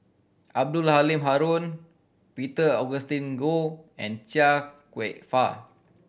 Abdul Halim Haron Peter Augustine Goh and Chia Kwek Fah